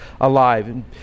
alive